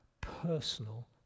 personal